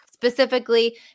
Specifically